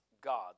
God